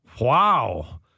Wow